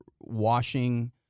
washing